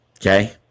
Okay